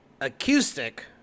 acoustic